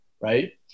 right